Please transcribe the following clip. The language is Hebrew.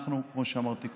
כמו שאמרתי קודם,